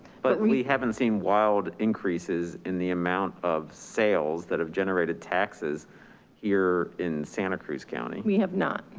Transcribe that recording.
but we haven't seen wild increases in the amount of sales that have generated taxes here in santa cruz county? we have not.